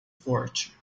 forte